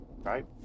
right